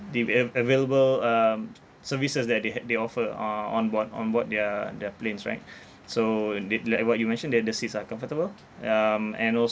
the av~ available um services that they ha~ they offer uh on board on board their their planes right so they like what you mentioned that the seats are comfortable um and also